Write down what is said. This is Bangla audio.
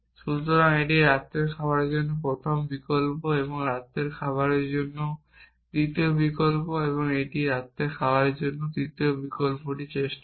সুতরাং এটি রাতের খাবারের জন্য প্রথম বিকল্প এবং রাতের খাবারের জন্য দ্বিতীয় বিকল্প এবং রাতের খাবারের জন্য তৃতীয় বিকল্পটি চেষ্টা করে